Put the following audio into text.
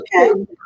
Okay